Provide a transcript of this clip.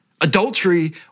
Adultery